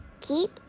keep